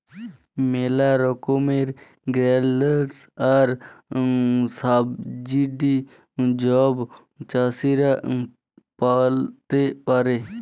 ম্যালা রকমের গ্র্যালটস আর সাবসিডি ছব চাষীরা পাতে পারে